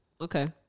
Okay